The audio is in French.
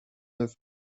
neuf